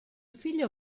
figlio